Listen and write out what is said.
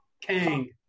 Kang